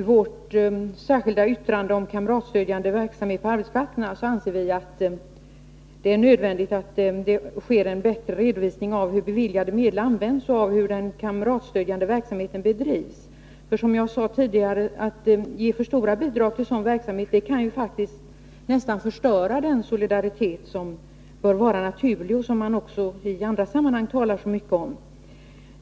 vårt särskilda yttrande om kamratstödjande verksamhet på arbetsplatserna framhåller vi att det är nödvändigt att det sker en bättre redovisning av hur beviljade medel används och av hur den kamratstödjande verksamheten bedrivs. Att ge för stora bidrag till sådan verksamhet kan ju faktiskt, som jag sade tidigare, nästan förstöra den solidaritet som bör vara naturlig och som man också i andra sammanhang talar så mycket om.